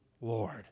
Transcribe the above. Lord